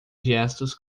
gestos